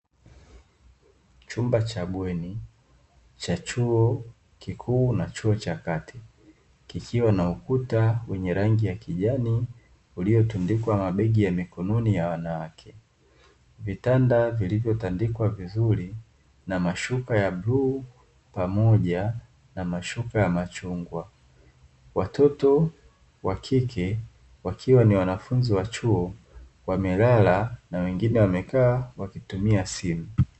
Chumba cha bweni, cha chuo kikuu na chuo cha kati; kikiwa na ukuta wenye rangi ya kijani uliotundikwa mabegi ya mikononi ya wanawake, vitanda vilivyotandikwa vizuri na mashuka ya bluu pamoja na mashuka ya machungwa. Watoto wa kike wakiwa ni wanafunzi wa chuo wamelala; na wengine wamekaa wakitumia simu.